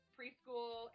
preschool